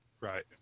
Right